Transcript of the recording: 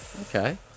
okay